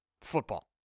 football